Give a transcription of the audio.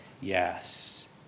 yes